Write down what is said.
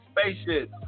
spaceship